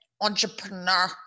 entrepreneur